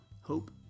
hope